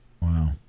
wow